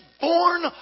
born